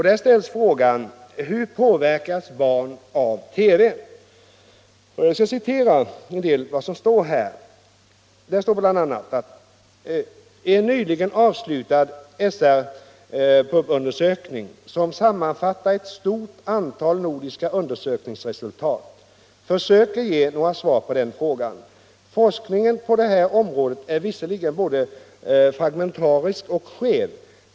Där ställs frågan: Jag skall citera en del av vad som står i detta informationsblad. Bl. a. står det: ”En nyligen avslutad SR/PUB-undersökning som sammanfattar ett stort antal nordiska undersökningsresultat, försöker ge några svar på den frågan. Forskningen på det här området är visserligen både fragmentarisk och skev.